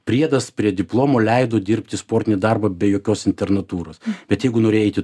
priedas prie diplomų leido dirbti sportinį darbą be jokios internatūros bet jeigu nori eiti